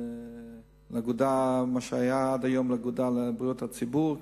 למה שהיה עד היום האגודה לבריאות הציבור.